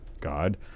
God